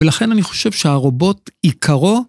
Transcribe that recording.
ולכן אני חושב שהרובוט עיקרו...